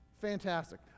Fantastic